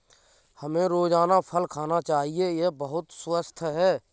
हमें रोजाना फल खाना चाहिए, यह बहुत स्वस्थ है